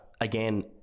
again